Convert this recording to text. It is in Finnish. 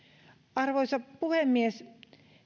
arvoisa puhemies